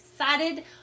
excited